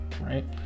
right